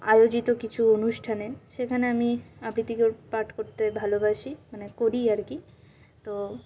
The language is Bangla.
আয়োজিত কিছু অনুষ্ঠানে সেখানে আমি আবৃত্তি কর পাঠ করতে ভালোবাসি মানে করি আর কি তো